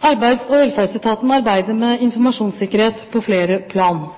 Arbeids- og velferdsetaten arbeider med informasjonssikkerhet på flere plan,